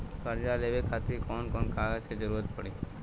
कर्जा लेवे खातिर कौन कौन कागज के जरूरी पड़ी?